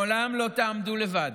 לעולם לא תעמדו לבד.